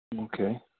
Okay